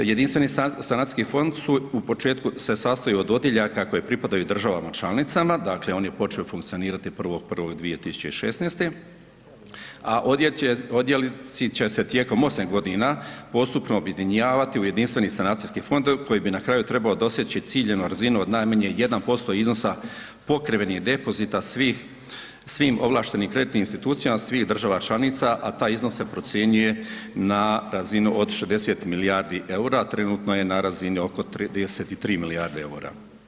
Jedinstveni sanacijski fond su u početku se sastoje od odjeljaka koje pripadaju državama članicama, dakle on je počeo funkcionirati 1.1.2016., a odjeljci će se tijekom 8 godina postupno objedinjavati u Jedinstveni sanacijski fond koji bi na kraju trebao doseći ... od najmanje 1% iznosa pokrivenih depozita svih svim ovlaštenim kreditnim institucija svih država članica, a taj iznos se procjenjuje na razinu od 60 milijardi eura, a trenutno je na razini oko 33 milijarde eura.